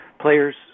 players